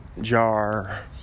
Jar